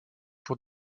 pour